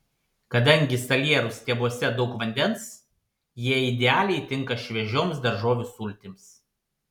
kadangi salierų stiebuose daug vandens jie idealiai tinka šviežioms daržovių sultims